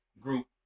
group